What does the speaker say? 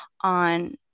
on